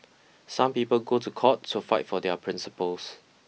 some people go to court to fight for their principles